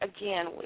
again